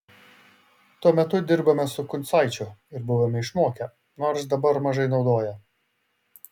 tuo metu dirbome su kuncaičiu ir buvome išmokę nors dabar mažai naudoja